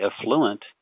affluent